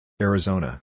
Arizona